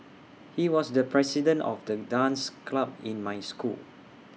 he was the president of the dance club in my school